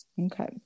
Okay